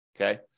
Okay